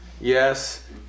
yes